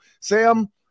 Sam